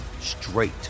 straight